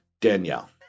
Danielle